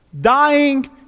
dying